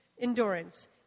endurance